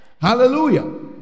Hallelujah